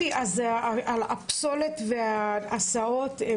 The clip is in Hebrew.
הפסולת וההסעות.